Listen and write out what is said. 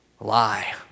Lie